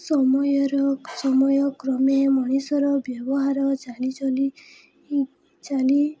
ସମୟର ସମୟ କ୍ରମେ ମଣିଷର ବ୍ୟବହାର ଚାଲିଚଲି ଚାଲି